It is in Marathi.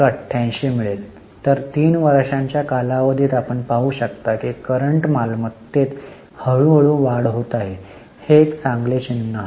88 मिळेल तर 3 वर्षांच्या कालावधीत आपण पाहू शकता की करंट मालमत्तेत हळूहळू वाढ होत आहे हे एक चांगले चिन्ह आहे